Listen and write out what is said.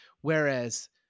Whereas